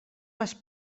les